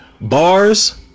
bars